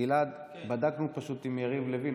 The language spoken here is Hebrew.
בדקנו עם יריב לוין.